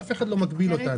אף אחד לא מגביל אותנו.